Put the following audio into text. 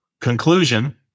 conclusion